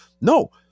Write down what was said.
No